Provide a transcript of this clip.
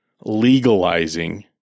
legalizing